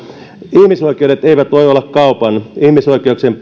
ihmisoikeudet eivät voi olla kaupan ihmisoikeuksien